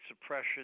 suppression